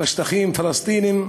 בשטחים פלסטיניים,